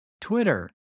Twitter